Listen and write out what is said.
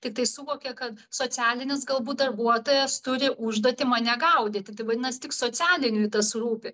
tiktai suvokia kad socialinis galbūt darbuotojas turi užduotį mane gaudyti tai vadinas tik socialiniui tas rūpi